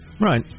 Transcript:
Right